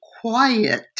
quiet